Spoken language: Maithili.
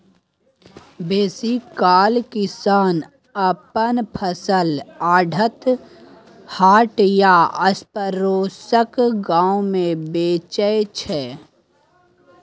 बेसीकाल किसान अपन फसल आढ़त, हाट या आसपरोसक गाम मे बेचै छै